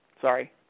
Sorry